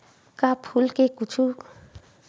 का फूल से कुछु फ़ायदा होही?